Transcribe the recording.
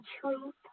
truth